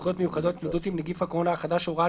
להכרזת סמכויות מיוחדות להתמודדות עם נגיף הקורונה החדש (הוראת